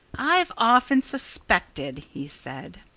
i've often suspected, he said,